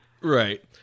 Right